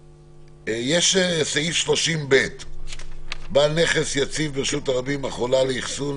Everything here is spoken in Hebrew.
יש סעיף 30(ב): "בעל נכס יציב ברשות הרבים מכולה לאחסון,